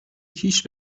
کیش